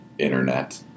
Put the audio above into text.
internet